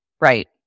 Right